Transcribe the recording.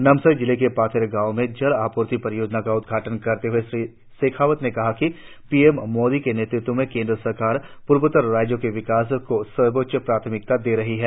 नामसाई जिले के पाथेर गांव में जल आपूर्ति परियोजना का उद्घाटन करते हए श्री शेखावत ने कहा कि पी एम मोदी के नेतृत्व में केंद्र सरकार पूर्वोत्तर राज्यों के विकास को सर्वोच्च प्राथमिकता दे रही है